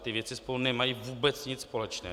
Ty věci spolu nemají vůbec nic společného.